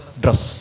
dress